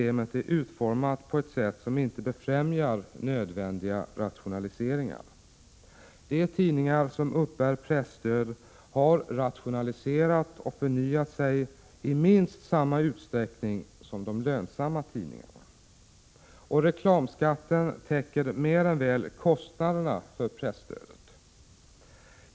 Ej heller är systemet utformat på ett sätt som inte befrämjar nödvändiga rationaliseringar. De tidningar som uppbär presstöd har rationaliserat och förnyat sig i minst samma utsträckning som de lönsamma tidningarna. Och reklamskatten täcker mer än väl kostnaderna för presstödet.